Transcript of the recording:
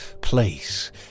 place